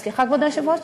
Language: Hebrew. סליחה, כבוד היושב-ראש?